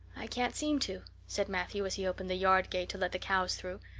i can't seem to, said matthew, as he opened the yard gate to let the cows through.